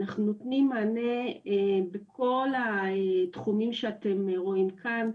אנחנו נותנים מענה בכל התחומים שאתם רואים כאן,